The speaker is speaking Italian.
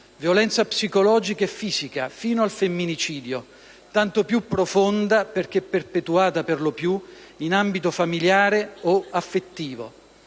violenza psicologica e fisica, fino al femminicidio, tanto più profonda perché perpetrata per lo più in ambito familiare o affettivo.